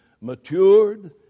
matured